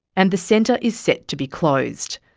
and the centre is set to be closed.